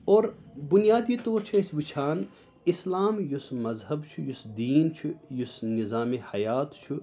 اور بُنیادی طور چھِ أسۍ وُچھان اِسلام یُس مذہب چھُ یُس دیٖن چھُ یُس نِظامِ حَیات چھُ